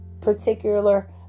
particular